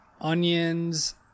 onions